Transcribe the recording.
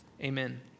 amen